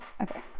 Okay